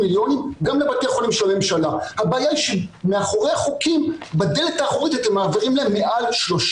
רק שיהיה לפרוטוקול, אדוני, נרשמתי בשעה